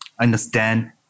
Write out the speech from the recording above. understand